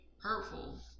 hurtful